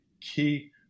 key